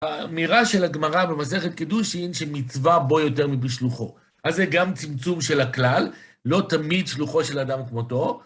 האמירה של הגמרא במסכת קידושין שמצווה בו יותר מבשלוחו. אז זה גם צמצום של הכלל, לא תמיד שלוחו של אדם כמותו.